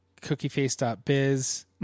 Cookieface.biz